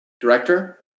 director